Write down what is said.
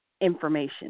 information